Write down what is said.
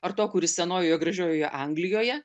ar to kuris senojoje gražiojoje anglijoje